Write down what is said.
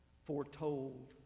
foretold